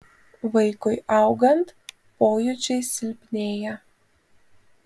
vaikui augant pojūčiai silpnėja